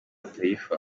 taifa